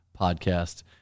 podcast